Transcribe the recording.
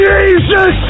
Jesus